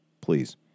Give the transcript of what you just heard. please